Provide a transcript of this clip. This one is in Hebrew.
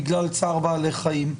בגלל צער בעלי חיים.